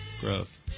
Growth